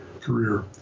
career